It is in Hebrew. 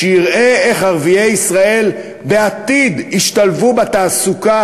שיראה איך ערביי ישראל בעתיד ישתלבו בתעסוקה